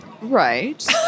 Right